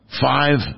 Five